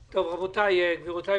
הכנסת,